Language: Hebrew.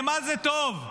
למה טוב?